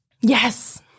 Yes